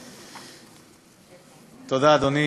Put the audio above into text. תודה, אדוני.